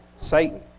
Satan